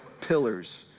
pillars